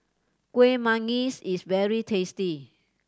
Kueh Manggis is very tasty